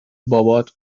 بابات